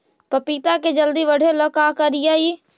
पपिता के जल्दी बढ़े ल का करिअई?